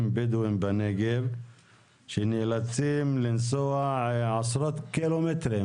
בדואים בנגב שנאלצים לנסוע עשרות קילומטרים